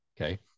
Okay